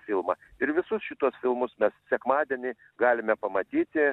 filmą ir visus šituos filmus mes sekmadienį galime pamatyti